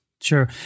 Sure